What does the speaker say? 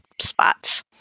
spots